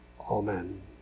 Amen